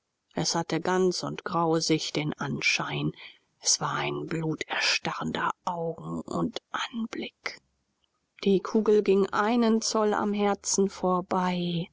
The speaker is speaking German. es hatte ganz und grausig den anschein es war ein bluterstarrender augen und anblick die kugel ging einen zoll am herzen vorbei